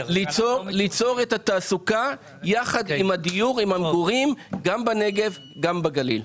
ליצור תעסוקה יחד עם דיור ועם מגורים גם בנגב וגם בגליל.